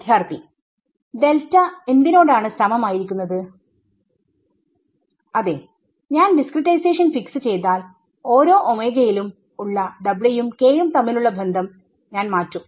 വിദ്യാർത്ഥി ഡെൽറ്റ എന്തിനോടാണ് സമം ആയിരുക്കന്നത് Refer Time 0427 അതേ ഞാൻ ഡിസ്ക്രിടൈസേഷൻ ഫിക്സ് ചെയ്താൽ ഓരോ ഓമെഗ യിലും ഉള്ള യും k യും തമ്മിലുള്ള ബന്ധം ഞാൻ മാറ്റും